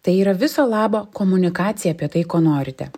tai yra viso labo komunikacija apie tai ko norite